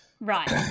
Right